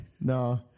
no